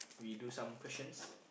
we do some questions